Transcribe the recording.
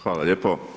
Hvala lijepo.